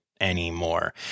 anymore